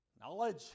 knowledge